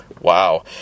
wow